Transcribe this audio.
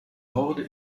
horde